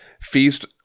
feast